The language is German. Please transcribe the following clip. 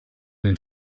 den